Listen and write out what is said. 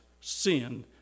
sin